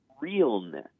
realness